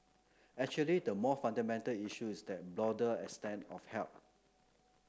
actually the more fundamental issue is that broader extent of help